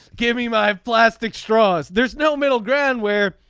give me my plastic straws. there's no middle ground where.